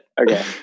Okay